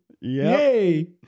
Yay